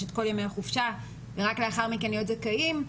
את כל ימי החופשה ורק לאחר מכן להיות זכאים.